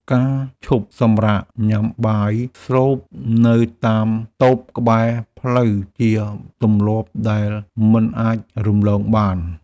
ការឈប់សម្រាកញ៉ាំបាយស្រូបនៅតាមតូបក្បែរផ្លូវជាទម្លាប់ដែលមិនអាចរំលងបាន។